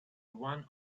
one